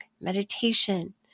meditation